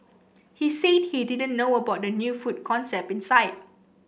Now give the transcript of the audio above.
he said he didn't know about the new food concept inside